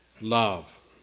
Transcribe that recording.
love